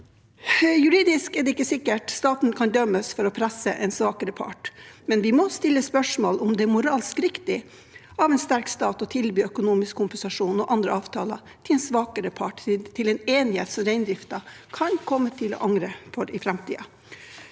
Juridisk er det ikke sikkert staten kan dømmes for å presse en svakere part, men vi må stille spørsmål om det er moralsk riktig av en sterk stat å tilby økonomisk kompensasjon og andre avtaler til en svakere part for en enighet som reindriften kan komme til å angre på i framtiden.